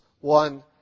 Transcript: one